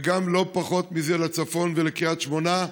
ולא פחות מזה, לצפון ולקריית שמונה,